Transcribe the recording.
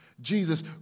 Jesus